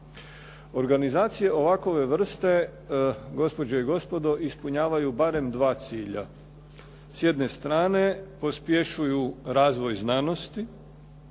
Organizacija ovakve vrste gospođe i gospodo ispunjavaju barem dva cilja. S jedne strane pospješuju razvoj znanosti,